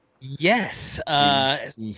Yes